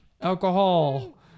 Alcohol